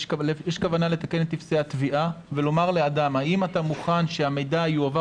יש כוונה לתקן את טופסי התביעה ולומר לאדם האם אתה מוכן שהמידע יועבר